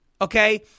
okay